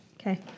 Okay